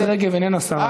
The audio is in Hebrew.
איילת רגב איננה שרה כאן.